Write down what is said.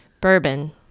bourbon